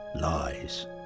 lies